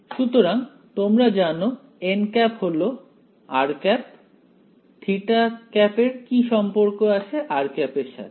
সুতরাং তোমরা জানো হল এর কি সম্পর্ক আছে এর সাথে